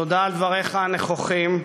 תודה על דבריך הנכוחים.